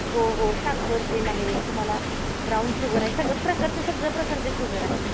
हो हो साखर तेल आहे तुम्हाला ब्राऊन शुगर आहे सगळं प्रकारच्या सगळ्या प्रकारच्या शुगर आहेत